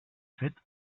fet